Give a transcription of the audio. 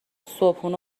صبحونه